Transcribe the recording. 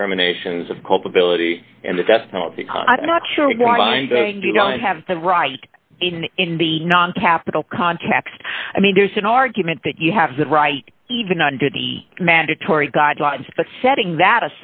determinations of culpability in the death penalty i'm not sure why they do not have the right even in the non capital context i mean there's an argument that you have that right even under the mandatory guidelines but setting that